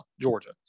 Georgia